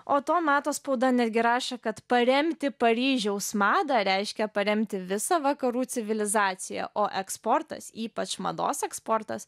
o to meto spauda netgi rašė kad paremti paryžiaus madą reiškia paremti visą vakarų civilizaciją o eksportas ypač mados eksportas